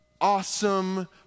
awesome